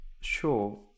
Sure